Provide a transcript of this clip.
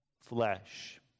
flesh